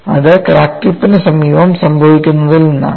അത് ക്രാക്ക് ടിപ്പിന് സമീപം സംഭവിക്കുന്നതിൽ നിന്നാണ്